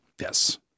yes